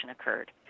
occurred